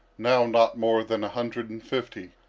now not more than a hundred and fifty,